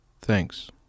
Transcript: Thanks